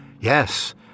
Yes